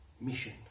Mission